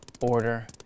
order